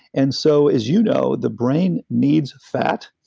and so, as you know, the brain needs fat.